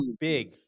Big